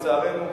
לצערנו,